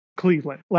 Cleveland